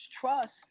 trust